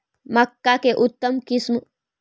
मक्का के उतम किस्म?